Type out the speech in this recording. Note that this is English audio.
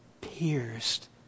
pierced